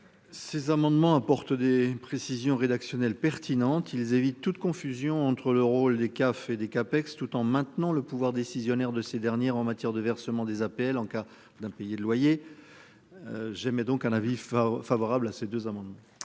Ces amendements apportent des précisions rédactionnelles pertinente ils évitent toute confusion entre le rôle des CAF et les CAPEX tout en maintenant le pouvoir décisionnaire de ces dernières en matière de versement des APL en cas d'un payé de loyer. J'aimais donc à la vie enfin favorable à ces deux amendements.